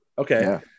Okay